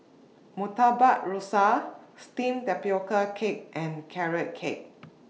Murtabak Rusa Steamed Tapioca Cake and Carrot Cake